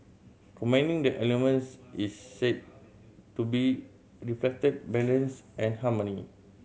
combining the elements is said to be reflected balance and harmony